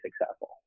successful